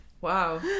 Wow